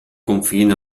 confine